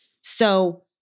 So-